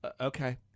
okay